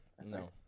No